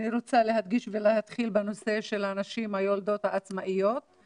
אני רוצה להדגיש ולהתחיל בנושא של הנשים היולדות העצמאיות.